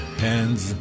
hands